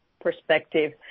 perspective